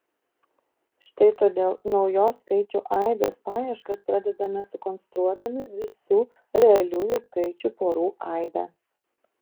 štai todėl naujos skaičių aibės paieškas pradedame sukonstruodami visų realiųjų skaičių porų aibę